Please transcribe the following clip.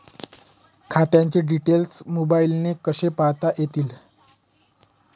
खात्याचे डिटेल्स मोबाईलने कसे पाहता येतील?